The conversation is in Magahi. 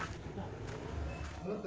कुन माटित कपासेर खेती अधिक होचे?